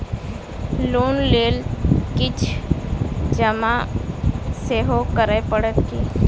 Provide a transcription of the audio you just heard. Loan लेल किछ जमा सेहो करै पड़त की?